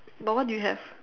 but what do you have